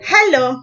Hello